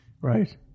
Right